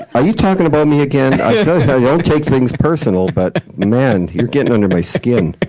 are you talking about me again? i don't take things personal, but man, you're getting under my skin.